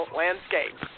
landscape